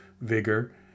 vigor